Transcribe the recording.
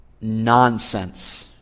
nonsense